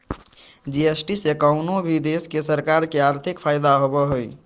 GST से कउनो भी देश के सरकार के आर्थिक फायदा होबो हय